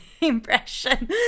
impression